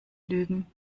lügen